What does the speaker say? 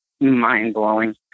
mind-blowing